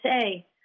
say